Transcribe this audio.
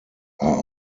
are